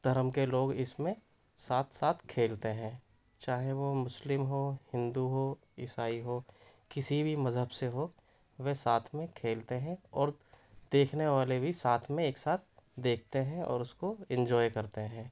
دھرم کے لوگ اس میں ساتھ ساتھ کھیلتے ہیں چاہے وہ مسلم ہو ہندو ہو عیسائی ہو کسی بھی مذہب سے ہو وہ ساتھ میں کھیلتے ہیں اور دیکھنے والے بھی ساتھ میں ایک ساتھ دیکھتے ہیں اور اس کو انجوائے کرتے ہیں